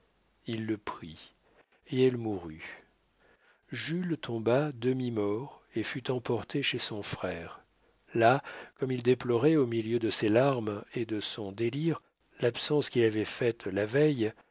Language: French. il le prit et elle mourut jules tomba demi-mort et fut emporté chez son frère là comme il déplorait au milieu de ses larmes et de son délire l'absence qu'il avait faite la veille